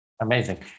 Amazing